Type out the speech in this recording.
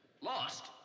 Lost